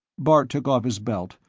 bart took off his belt,